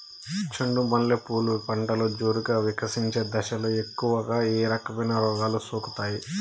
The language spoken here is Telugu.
చెండు మల్లె పూలు పంటలో జోరుగా వికసించే దశలో ఎక్కువగా ఏ రకమైన రోగాలు సోకుతాయి?